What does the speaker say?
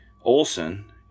Olson